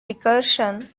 recursion